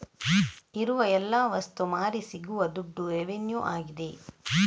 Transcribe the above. ಇರುವ ಎಲ್ಲ ವಸ್ತು ಮಾರಿ ಸಿಗುವ ದುಡ್ಡು ರೆವೆನ್ಯೂ ಆಗಿದೆ